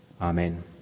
Amen